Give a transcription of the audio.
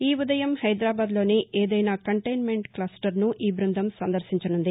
ఈ ఉదయం హైదరాబాద్లోని ఏదైనా కంటైన్మెంట్ క్లప్టర్ను ఈ బృందం సందర్భించనుంది